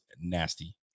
nasty